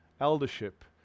eldership